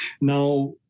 Now